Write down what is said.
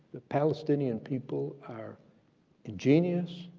the palestinian people are ingenious.